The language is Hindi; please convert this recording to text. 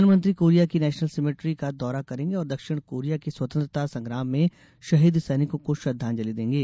प्रधानमंत्री कोरिया की नेशनल सिमेट्री का दौरा करेंगे और दक्षिण कोरिया की स्वतंत्रता संग्राम में शहीद सैनिकों को श्रद्धांजलि देंगे